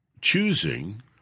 Choosing